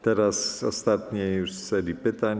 Teraz ostatnie już z serii pytań.